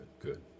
good